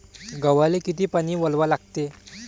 गव्हाले किती पानी वलवा लागते?